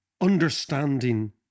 understanding